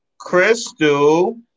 Crystal